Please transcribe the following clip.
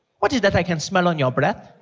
what is that i can smell on your breath?